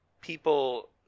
people